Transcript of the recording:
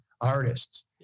artists